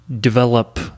develop